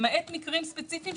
למעט מקרים ספציפיים,